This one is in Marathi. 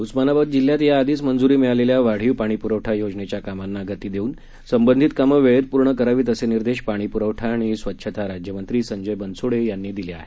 उस्मानाबाद जिल्ह्यात याआधीच मंजुरी मिळालेल्या वाढीव पाणी पुरवठा योजनेच्या कामांना गती देवून संबंधित कामं वेळेत पूर्ण करावित असे निर्देश पाणी पुरवठा आणि स्वच्छता राज्यमंत्री संजय बनसोडे यांनी दिले आहेत